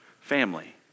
family